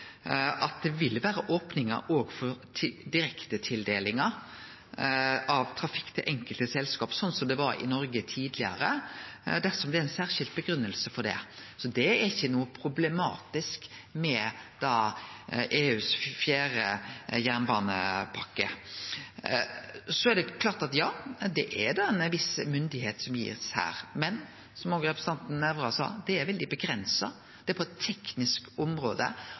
at det òg vil vere opningar for direktetildelingar av trafikk til enkelte selskap, sånn som det var i Noreg tidlegare, dersom det er ei særskild grunngiving for det. Det er ikkje noko problematisk med EUs fjerde jernbanepakke. Det er klart at ein gir ei viss myndigheit her, men som representanten Nævra òg sa, er ho veldig avgrensa. Det er på eit teknisk område,